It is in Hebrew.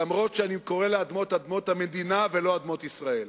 למרות שאני קורא לאדמות אדמות המדינה ולא אדמות ישראל.